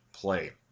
Play